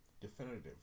Definitive